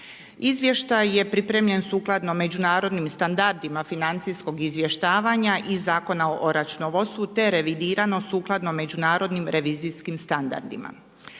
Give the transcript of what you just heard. Izvještaj je pripremljen sukladno međunarodnim standardima financijskog izvještavanja i Zakona o računovodstvu te revidirano sukladno međunarodnim revizijskim standardima.